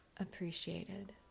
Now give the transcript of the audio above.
appreciated